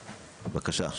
בקשה.